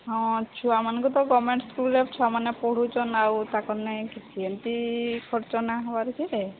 ହଁ ଛୁଆମାନଙ୍କୁ ତ ଗମେଣ୍ଟ ସ୍କୁଲରେ ଛୁଆମାନେ ପଢ଼ୁଚନ୍ ଆଉ ତାକୁ ନେଇଁ କିଛି ଏମିତି ଖର୍ଚ୍ଚ ନାଁ ହବାର୍ ଅଛି ଆଉ